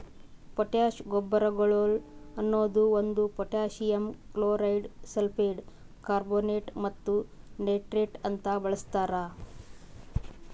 potash ಗೊಬ್ಬರಗೊಳ್ ಅನದು ಒಂದು ಪೊಟ್ಯಾಸಿಯಮ್ ಕ್ಲೋರೈಡ್, ಸಲ್ಫೇಟ್, ಕಾರ್ಬೋನೇಟ್ ಮತ್ತ ನೈಟ್ರೇಟ್ ಅಂತ ಬಳಸ್ತಾರ್